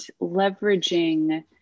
leveraging